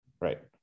Right